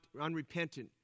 unrepentant